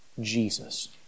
Jesus